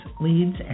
leads